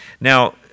Now